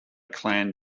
clan